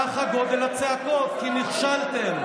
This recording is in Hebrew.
ככה גודל הצעקות, כי נכשלתם.